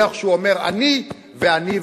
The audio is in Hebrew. ולא איך שהוא אומר: אני ואני ואני.